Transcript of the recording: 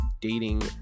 dating